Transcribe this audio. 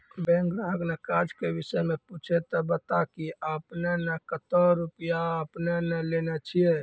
Bank ग्राहक ने काज के विषय मे पुछे ते बता की आपने ने कतो रुपिया आपने ने लेने छिए?